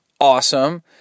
awesome